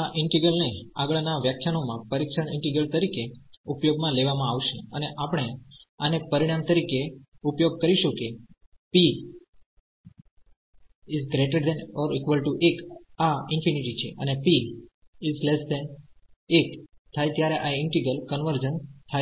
આ ઈન્ટિગ્રલ ને આગળ ના વ્યાખ્યાનોમાં પરીક્ષણ ઈન્ટિગ્રલતરીકે ઉપયોગમાં લેવામાં આવશે અને આપણે આને પરિણામ તરીકે ઉપયોગ કરીશું કે P ≥1 આ ∞ છે અને P 1 થાય ત્યારે આ ઈન્ટિગ્રલકન્વર્જન્સ થાય છે